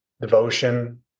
devotion